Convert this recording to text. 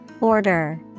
Order